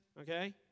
Okay